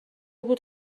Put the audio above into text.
بود